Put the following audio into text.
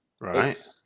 Right